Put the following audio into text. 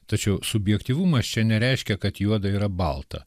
tačiau subjektyvumas čia nereiškia kad juoda yra balta